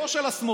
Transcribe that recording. לא של השמאל,